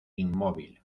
inmóvil